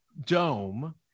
dome